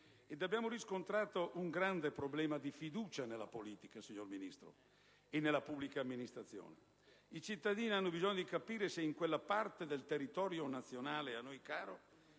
abbiamo riscontrato un grande problema di fiducia nella politica, signora Ministro e nella pubblica amministrazione. I cittadini hanno bisogno di capire se in quella parte del territorio nazionale, a noi caro,